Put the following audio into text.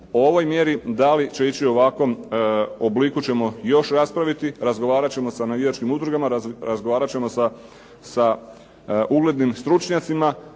Po ovoj mjeri da li će ići u ovakvom obliku ćemo još raspraviti, razgovarati ćemo sa navijačkim udrugama, razgovarati ćemo sa uglednim stručnjacima